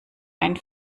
einen